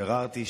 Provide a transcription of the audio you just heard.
ביררתי,